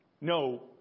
No